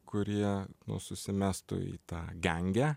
kurie susimestų į tą gangę